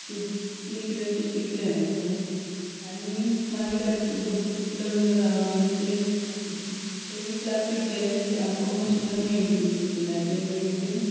अशेंच कितें कितें अशें शिकलें मातशें आनी मागीर आतां लग्न जावन बीन अशें पयलीं क्लासीक गेलें तें आमकां मशिनां मेळ्ळीं तीं मशिनाचेर मागीर तें